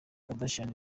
kardashian